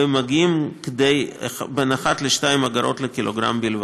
והם מגיעים כדי אגורה עד 2 אגורות לק”ג בלבד.